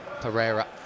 Pereira